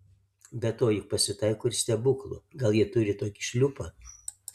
be to juk pasitaiko ir stebuklų gal jie turi tokį šliupą